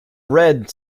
red